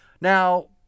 Now